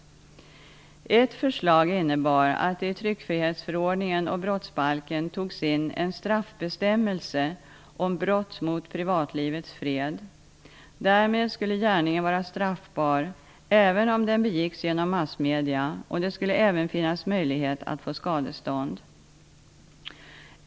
Ett förslag innebar att det i tryckfrihetsförordningen och i brottsbalken togs in en straffbestämmelse om brott mot privatlivets fred. Därmed skulle gärningen vara straffbar även om den begicks genom massmedia, och det skulle även finnas möjlighet att få skadestånd.